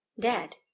Dad